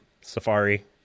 safari